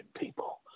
people